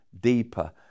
deeper